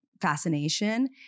fascination